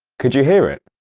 could you hear it?